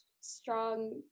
strong